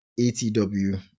atw